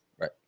right